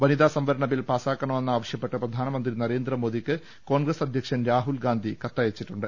വനിത സംവര ണബിൽ പാസ്സാക്കണമെന്നാവശ്യപ്പെട്ട് പ്രധാനമന്ത്രി നരേന്ദ്രമോ ദിക്ക് കോൺഗ്രസ് അധ്യക്ഷൻ രാഹുൽ ഗാന്ധി കത്തയച്ചിട്ടുണ്ട്